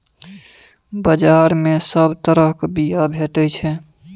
बजार मे सब तरहक बीया भेटै छै